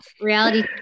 reality